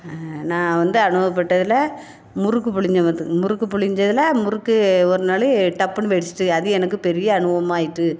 நான் வந்து அனுபவப்பட்டதில் முறுக்கு புழிஞ்சேன் பார்த்துக்கங்க முறுக்கு புழிஞ்சதுல முறுக்கு ஒரு நாலு டப்புன்னு வெடிச்சிட்டு அது எனக்கு பெரிய அனுபவமாக ஆயிட்டு